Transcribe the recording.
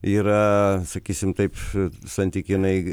yra sakysim taip santykinai